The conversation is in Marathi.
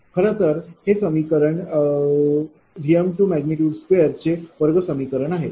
खरंतर हे समीकरण Vm22 चे वर्ग समीकरण आहे